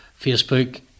Facebook